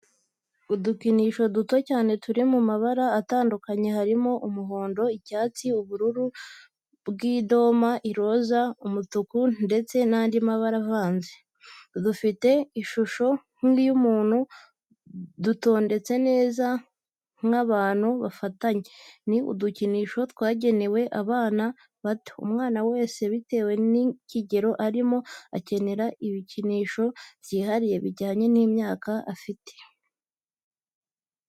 Udukinisho duto cyane turi mu mabara atandukanye harimo umuhondo, icyatsi, ubururu bw'idoma, iroza, umutuku ndetse n'andi mabara avanze, dufite ishusho nk'iy'umuntu dutondetse neza nk'abantu bafatanye, ni udukinisho twagenewe abana bato. Umwana wese bitewe n'ikigero arimo akenera ibikinsho byihariye bijyanye n'imyaka afite.